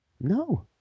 No